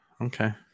Okay